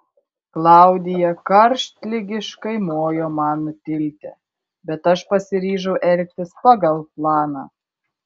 klaudija karštligiškai mojo man nutilti bet aš pasiryžau elgtis pagal planą